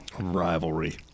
rivalry